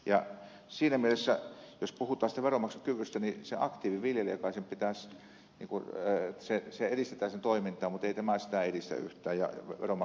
ja siinä mielessä jos puhutaan siitä veronmaksukyvystä niin sen aktiiviviljelijän toimintaa pitäisi edistää mutta ei tämä sitä edistä yhtään ja veronmaksukykyä paranna